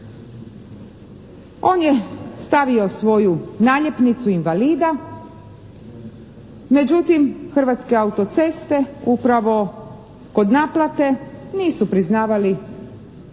On je stavio svoju naljepnicu invalida međutim Hrvatske auto-ceste upravo kod naplate nisu priznavali gledajući